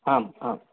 आम् आम्